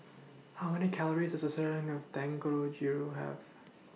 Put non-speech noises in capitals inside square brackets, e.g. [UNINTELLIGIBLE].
[NOISE] How Many Calories Does A Serving of [UNINTELLIGIBLE] Have